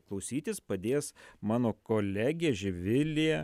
klausytis padės mano kolegė živilė